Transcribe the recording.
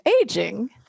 aging